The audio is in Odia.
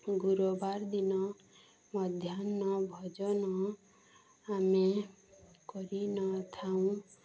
ଗୁରୁବାର ଦିନ ମଧ୍ୟାହ୍ନ ଭୋଜନ ଆମେ କରିନଥାଉ